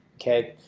okay,